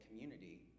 community